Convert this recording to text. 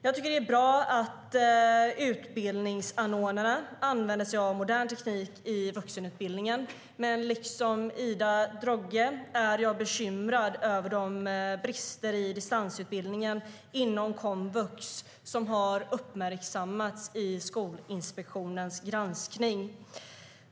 Jag tycker att det är bra att utbildningsanordnarna använder sig av modern teknik i vuxenutbildningen, men liksom Ida Drougge är jag bekymrad över de brister i distansutbildningen inom komvux som har uppmärksammats i Skolinspektionens granskning.